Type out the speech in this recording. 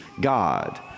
God